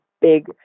big